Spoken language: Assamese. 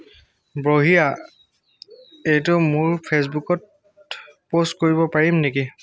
বঢ়িয়া এইটো মোৰ ফেইচবুকত পোষ্ট কৰিব পাৰিম নেকি